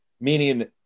Meaning